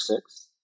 six